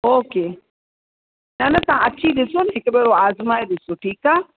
okay न न तव्हां अची ॾिसो न हिकु भेरो आज़माए ॾिसजो ठीकु आहे